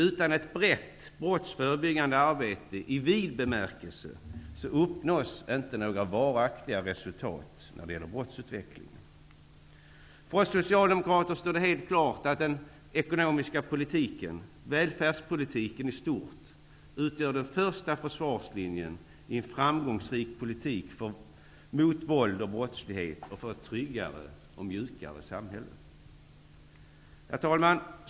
Utan ett brett brottsförebyggande arbete i vid bemärkelse uppnås dock inga varaktiga resultat när det gäller brottsutveckling. För oss socialdemokrater står det helt klart att den ekonomiska politiken och välfärdspolitiken i stort utgör den första försvarslinjen i en framgångsrik politik mot våld och brottslighet och för ett tryggare och mjukare samhälle. Herr talman!